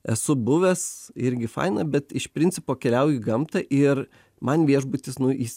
esu buvęs irgi faina bet iš principo keliauju į gamtą ir man viešbutis nu jis